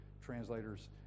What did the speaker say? translators